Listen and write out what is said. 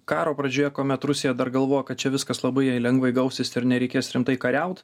karo pradžioje kuomet rusija dar galvojo kad čia viskas labai jai lengvai gausis ir nereikės rimtai kariaut